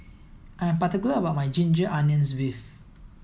I'm particular about my ginger onions beef